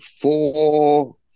four